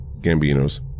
Gambino's